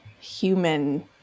human